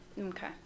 Okay